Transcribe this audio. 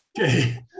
Okay